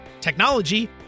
technology